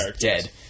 Dead